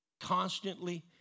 Constantly